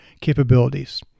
capabilities